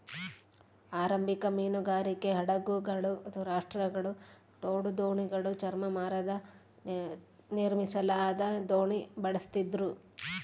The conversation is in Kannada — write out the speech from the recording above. ಆರಂಭಿಕ ಮೀನುಗಾರಿಕೆ ಹಡಗುಗಳು ರಾಫ್ಟ್ಗಳು ತೋಡು ದೋಣಿಗಳು ಚರ್ಮ ಮರದ ನಿರ್ಮಿಸಲಾದ ದೋಣಿ ಬಳಸ್ತಿದ್ರು